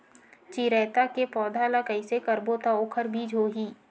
चिरैता के पौधा ल कइसे करबो त ओखर बीज होई?